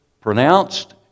pronounced